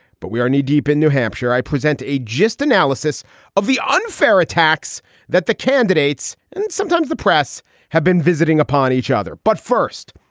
but we are knee deep in new hampshire. i present a just analysis of the unfair attacks that the candidates and sometimes the press have been visiting upon each other. but first,